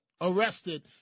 arrested